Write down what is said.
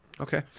Okay